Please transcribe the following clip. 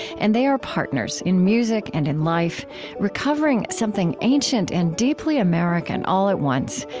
and they are partners in music and in life recovering something ancient and deeply american all at once,